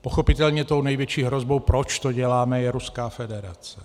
Pochopitelně tou největší hrozbou, proč to děláme, je Ruská federace.